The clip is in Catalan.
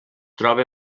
troba